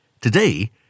Today